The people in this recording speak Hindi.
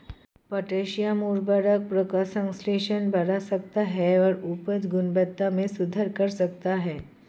पोटेशियम उवर्रक प्रकाश संश्लेषण बढ़ा सकता है और उपज गुणवत्ता में सुधार कर सकता है